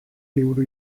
liburu